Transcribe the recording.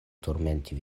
turmenti